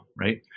right